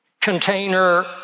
container